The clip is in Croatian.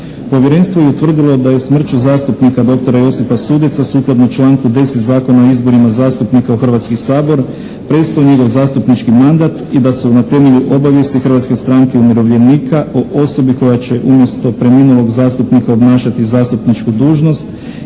Povjerenstvo je utvrdilo da je smrću zastupnika doktora Josipa Sudeca sukladno članku 10. Zakona o izborima zastupnika u Hrvatski sabor prestao njegov zastupnički mandat i da su na temelji obavijesti Hrvatske stranke umirovljenika o osobi koja će umjesto preminulog zastupnika obnašati zastupničku dužnost